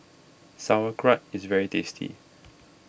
Sauerkraut is very tasty